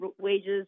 wages